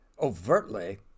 overtly